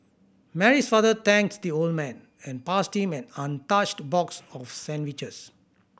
Mary's father thanks the old man and passed him an untouched box of sandwiches